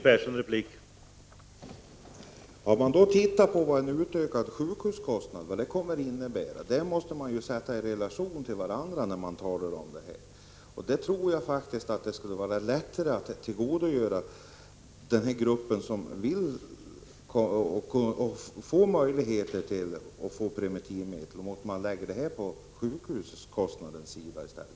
Herr talman! Man måste också ta hänsyn till den ökade sjukhuskostnad som blir följden av att inte införa ett rabatteringssystem. Man måste sätta den kostnaden i relation till de kostnader detta system kan medföra. Om man gör det tror jag att man lättare kan konstatera att det går att tillgodose den här gruppen.